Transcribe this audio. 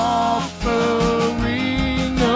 offering